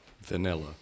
vanilla